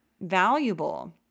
valuable